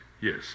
Yes